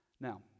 Now